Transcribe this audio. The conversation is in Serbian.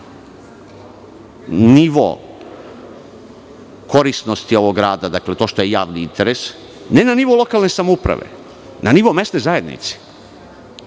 nivo korisnosti ovog rada, dakle, to što je javni interes, ne na nivo lokalne samouprave, na nivo mesne zajednice,